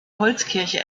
holzkirche